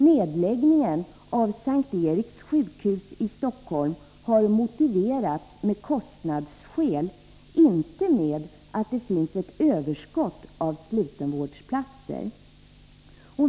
Nedläggningen av S:t Eriks sjukhus i Stockholm har motiverats med kostnadsskäl, inte med att det finns ett överskott av slutenvårdsplatser.